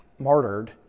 martyred